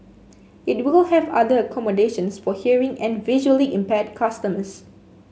it will have other accommodations for hearing and visually impaired customers